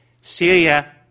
Syria